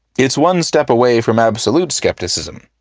it's one step away from absolute skepticism,